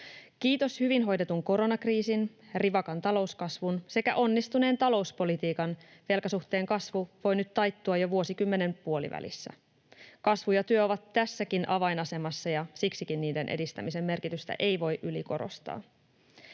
Kiitos hyvin hoidetun koronakriisin, rivakan talouskasvun sekä onnistuneen talouspolitiikan velkasuhteen kasvu voi nyt taittua jo vuosikymmenen puolivälissä. Kasvu ja työ ovat tässäkin avainasemassa, ja siksikään niiden edistämisen merkitystä ei voi ylikorostaa.